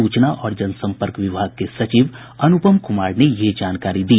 सूचना और जनसंपर्क विभाग के सचिव अनुपम कुमार ने ये जानकारी दी